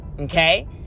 okay